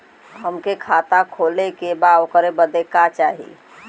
हमके खाता खोले के बा ओकरे बादे का चाही?